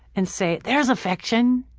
and say, there's affection!